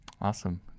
Awesome